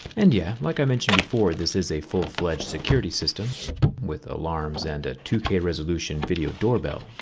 and yeah, like i mentioned before, this is a full-fledged security system with alarms and a two k resolution video doorbell.